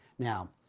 now,